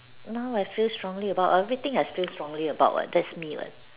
now I feel strongly about everything I feel strongly about what that's me what